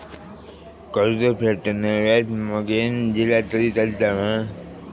कर्ज फेडताना व्याज मगेन दिला तरी चलात मा?